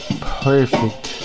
perfect